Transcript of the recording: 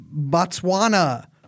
Botswana